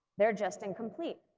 they're just incomplete